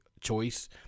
choice